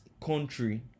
country